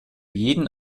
jeden